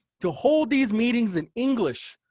to hold these meetings in english,